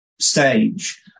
stage